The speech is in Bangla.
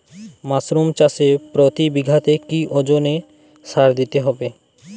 মাসরুম চাষে প্রতি বিঘাতে কি ওজনে সার দিতে হবে?